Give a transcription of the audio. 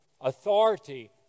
authority